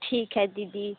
ठीक है दीदी